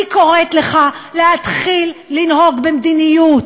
אני קוראת לך להתחיל לנהוג במדיניות,